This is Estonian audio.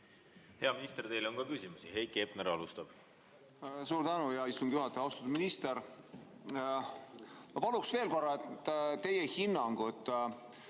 Hea minister! Teile on ka küsimusi. Heiki Hepner alustab.